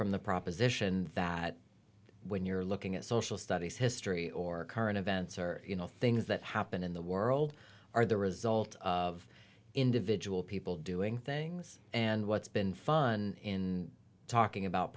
from the proposition that when you're looking at social studies history or current events or you know things that happen in the world are the result of individual people doing things and what's been fun in talking about